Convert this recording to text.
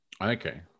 Okay